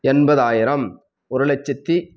எண்பதாயிரம் ஒரு லட்சத்தி